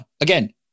again